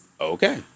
Okay